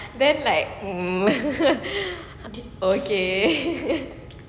then like mm okay